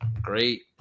great